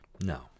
no